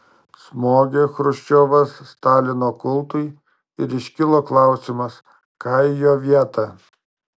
smogė chruščiovas stalino kultui ir iškilo klausimas ką į jo vietą